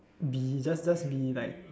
be just just be like